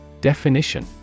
Definition